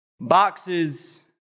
Boxes